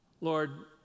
Lord